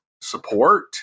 support